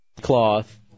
cloth